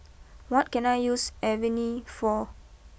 what can I use Avene for